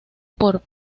por